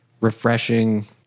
refreshing